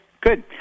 good